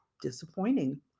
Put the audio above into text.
disappointing